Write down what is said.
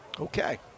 Okay